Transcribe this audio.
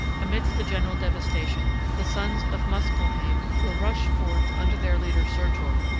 amidst the general devastation the sons of muspelheim will rush forth under their leader surtur,